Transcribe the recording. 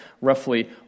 roughly